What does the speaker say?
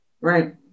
Right